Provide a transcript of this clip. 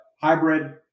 hybrid